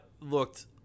Looked